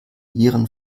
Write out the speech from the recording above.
ihren